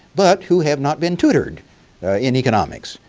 but who have not been tutored in economics.